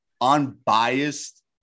unbiased